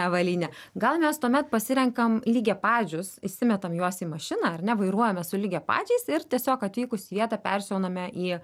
avalyne gal mes tuomet pasirenkam lygiapadžius įsimetam juos į mašiną ar ne vairuojame su lygiapadžiais ir tiesiog atvykus į vietą persiauname į